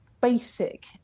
basic